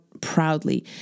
proudly